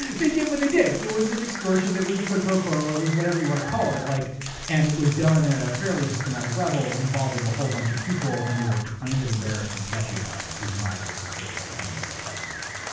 yeah they did what they did. it was an extortion, it was a quid pro quo. it was whatever you want to call it. like and it was done at a fairly systematic level involving a whole bunch of people and they were kind of embarrassed and sketchy about it is my basic takeaway from the testimony.